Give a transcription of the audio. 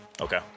Okay